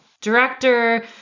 director